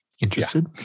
interested